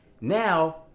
now